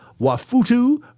Wafutu